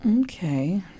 Okay